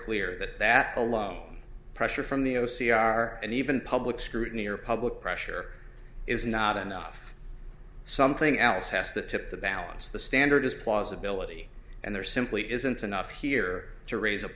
clear that that alone pressure from the o c r and even public scrutiny or public pressure is not enough something else has to tip the balance the standard is plausibility and there simply isn't enough here to raise a